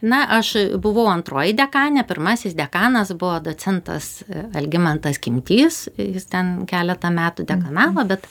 na aš buvau antroji dekanė pirmasis dekanas buvo docentas algimantas kimtys jis ten keletą metų dekanavo bet